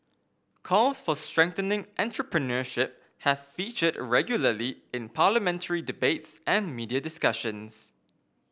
calls for strengthening entrepreneurship have featured regularly in parliamentary debates and media discussions